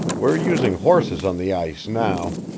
we're using horses on the ice now.